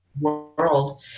World